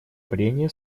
прения